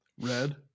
Red